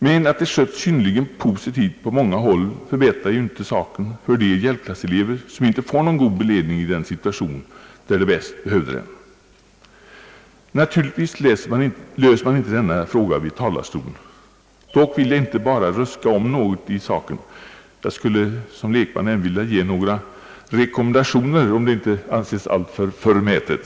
Men att verksamheten skötts i synnerligen positiv anda på många håll förbättrar ju inte saken för de hjälpklasselever som inte får någon god handledning i de situationer, där de bäst behöver den. Naturligtvis löser man inte denna frå ga i talarstolen. Dock vill jag inte bara ruska om något i saken. Jag skulle som lekman även vilja ge några rekommendationer, om det inte anses alltför förmätet.